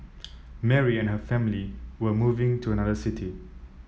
Mary and her family were moving to another city